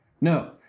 No